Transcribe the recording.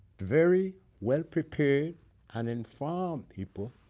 very well prepared and informed people